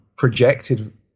projected